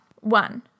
one